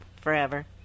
forever